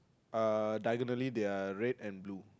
uh diagonally they are red and blue